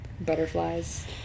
Butterflies